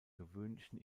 gewöhnlichen